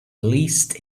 least